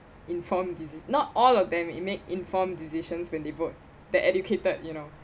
informed decision not all of them make informed decisions when they vote the educated you know